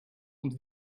und